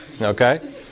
Okay